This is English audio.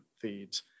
feeds